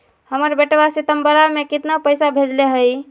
हमर बेटवा सितंबरा में कितना पैसवा भेजले हई?